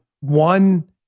one